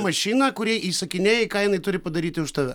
mašina kuriai įsakinėji ką jinai turi padaryti už tave